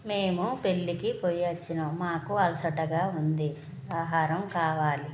మేము పెళ్ళికి పోయి వచ్చినాము మాకు అలసటగా ఉంది ఆహారం కావాలి